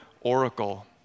oracle